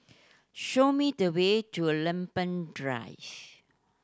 show me the way to Lempeng Drive